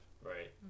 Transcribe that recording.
Right